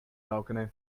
balcony